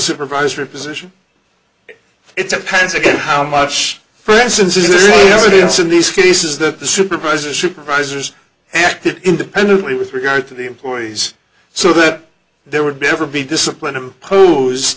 supervisor position it depends again how much for instance it's in these cases that the supervisors supervisors independently with regard to the employees so that there would be ever be discipline impose